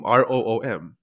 room